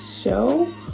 show